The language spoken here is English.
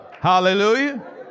hallelujah